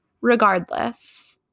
regardless